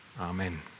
Amen